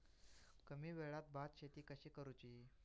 कमी वेळात भात शेती कशी करुची?